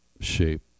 shape